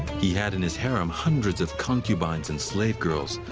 he had in his harem hundreds of concubines and slave girls,